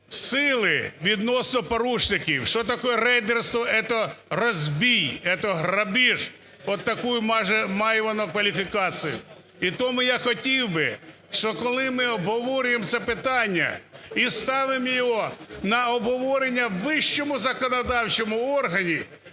сили відносно порушників. Что такое рейдерство – это розбій, это грабіж, от таку має воно кваліфікацію. І тому я хотів би, що коли ми обговорюємо це питання і ставимо його на обговорення у вищому законодавчому органі,